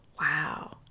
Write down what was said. wow